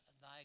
thy